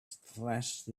thrashed